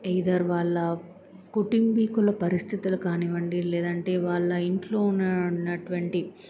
either వాళ్ళ కుటుంబీకుల పరిస్థితులు కానివ్వండి లేదంటే వాళ్ళ ఇంట్లో ఉన్న ఉన్నటువంటి